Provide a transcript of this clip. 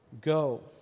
go